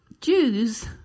Jews